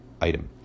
item